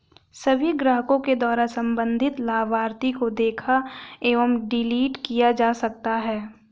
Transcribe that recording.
सभी ग्राहकों के द्वारा सम्बन्धित लाभार्थी को देखा एवं डिलीट किया जा सकता है